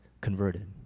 converted